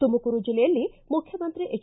ತುಮಕೂರು ಜಿಲ್ಲೆಯಲ್ಲಿ ಮುಖ್ಯಮಂತ್ರಿ ಎಚ್